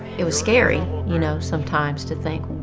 it was scary, you know sometimes to think,